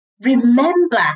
remember